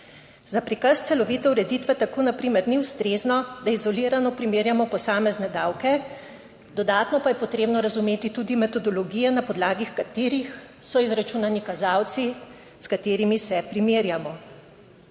Za prikaz celovite ureditve tako na primer ni ustrezno, da izolirano primerjamo posamezne davke. Dodatno pa je potrebno razumeti tudi metodologije, na podlagi katerih so izračunani kazalci, s katerimi se primerjamo.